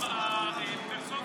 בסוף